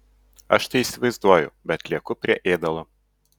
aš tai įsivaizduoju bet lieku prie ėdalo